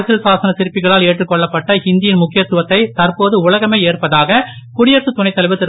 அரசியல்சாசன சிற்பிகளால் ஏற்றுக்கொள்ளப்பட்ட ஹிந்தி யின் முக்கியத்துவத்தை தற்போது உலகமே ஏற்பதாக குடியரசுத் துணைத்தலைவர் திரு